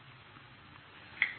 ನಿಜವಾಗಿ ಅಲ್ಲ